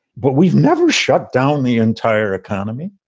but we've never shut down the entire economy,